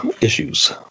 issues